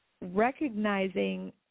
recognizing